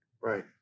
Right